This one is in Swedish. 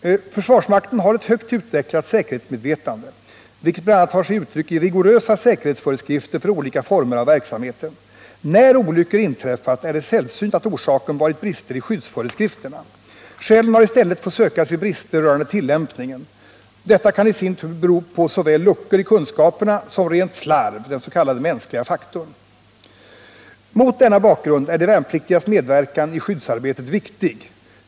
Försvarsmakten har ett högt utvecklat säkerhetsmedvetande, vilket bl.a. tar sig uttryck i rigorösa säkerhetsföreskrifter för olika former av verksamheten. När olycksfall inträffat är det sällsynt att orsaken varit brister i skyddsföreskrifterna. Skälen har i stället fått sökas i brister rörande tillämpningen. Detta kan i sin tur bero på såväl luckor i kunskaperna som rent slarv, den s.k. mänskliga faktorn. Mot denna bakgrund är de värnpliktigas medverkan i skyddsarbetet viktig.